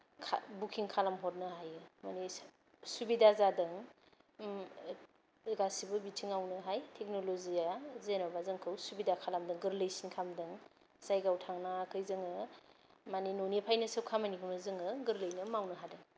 booking खालामहरनो हायो माने सुबिदा जादों ओ गासिबो बिथिङावनोहाय टेकन'लजिया जेनबा जोंखौ सुबिदा खालामदों गोरलैसिन खालामदों जायगायाव थांनाङाखै जोङो माने न'निफ्रायनो सोब खामानिखौनो जोङो गोरलैयैनो मावनो हादों